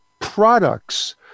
products